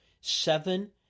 seven